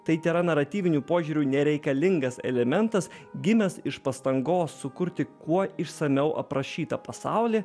tai tėra naratyviniu požiūriu nereikalingas elementas gimęs iš pastangos sukurti kuo išsamiau aprašytą pasaulį